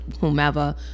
whomever